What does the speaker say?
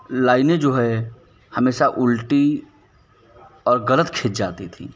लाइनें जो है हमेसशा उल्टी और ग़लत खिंच जाती थी